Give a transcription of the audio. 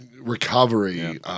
Recovery